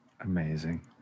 Amazing